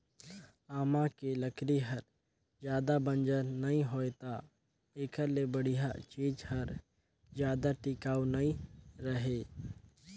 आमा के लकरी हर जादा बंजर नइ होय त एखरे ले बड़िहा चीज हर जादा टिकाऊ नइ रहें